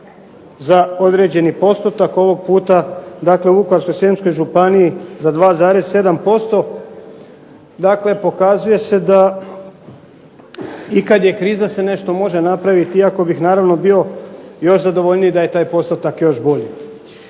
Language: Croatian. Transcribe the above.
za određeni postotak. Ovog puta, dakle u Vukovarsko-srijemskoj županiji za 2,7%. Dakle, pokazuje se da i kad je kriza se nešto može napraviti iako bih naravno bio još zadovoljniji da je taj postotak još bolji.